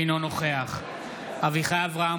אינו נוכח אביחי אברהם